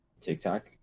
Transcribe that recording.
TikTok